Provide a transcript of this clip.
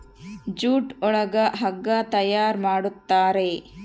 jute ಒಳಗ ಹಗ್ಗ ತಯಾರ್ ಮಾಡುತಾರೆ